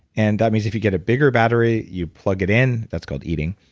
and that means if you get a bigger battery, you plug it in, that's called eating,